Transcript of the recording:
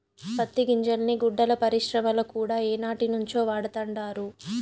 పత్తి గింజల్ని గుడ్డల పరిశ్రమల కూడా ఏనాటినుంచో వాడతండారు